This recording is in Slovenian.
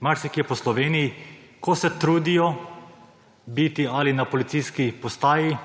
marsikje po Sloveniji, ko se trudijo biti ali na policijski postaji